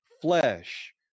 flesh